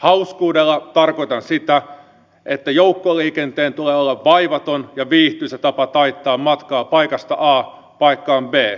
hauskuudella tarkoitan sitä että joukkoliikenteen tulee olla vaivaton ja viihtyisä tapa taittaa matkaa paikasta a paikkaan b